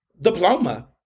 diploma